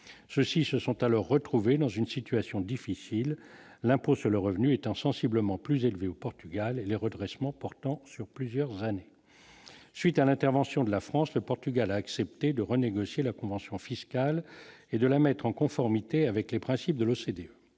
ceux-ci se sont à leur retrouver dans une situation difficile, l'impôt sur le revenu étant sensiblement plus élevé au Portugal les redressement portant sur plusieurs années, suite à l'intervention de la France, le Portugal a accepté de renégocier la convention fiscale et de la mettre en conformité avec les principes de l'OCDE,